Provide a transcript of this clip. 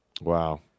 Wow